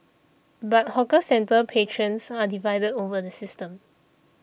but hawker centre patrons are divided over the system